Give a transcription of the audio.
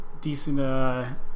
decent, –